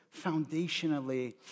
foundationally